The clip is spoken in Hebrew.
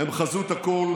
הם חזות הכול,